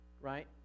right